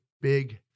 big